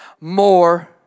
more